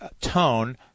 tone